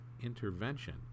intervention